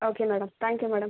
okay madam thank you madam